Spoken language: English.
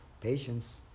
patience